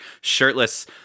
shirtless